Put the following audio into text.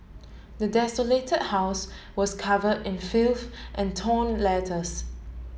the desolate house was cover in filth and torn letters